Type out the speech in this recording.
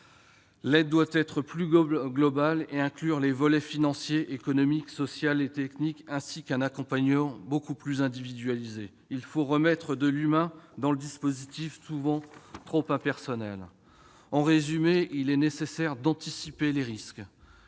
L'aide doit être plus globale et inclure des volets financier, économique, social et technique, ainsi qu'un accompagnement plus individualisé. Il faut remettre de l'humain dans un dispositif qui, souvent, est trop impersonnel. En résumé, il est nécessaire d'anticiper les risques